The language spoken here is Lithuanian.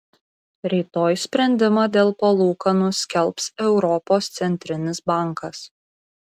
rytoj sprendimą dėl palūkanų skelbs europos centrinis bankas